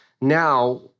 now